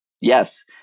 Yes